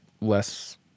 less